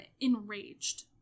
enraged